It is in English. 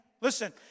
Listen